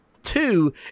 two